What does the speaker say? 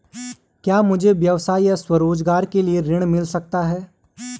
क्या मुझे व्यवसाय या स्वरोज़गार के लिए ऋण मिल सकता है?